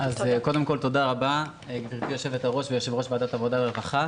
תודה רבה גברתי יושבת הראש ויושב-ראש ועדת העבודה והרווחה.